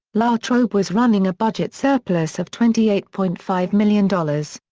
la trobe was running a budget surplus of twenty eight point five million dollars.